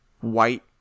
white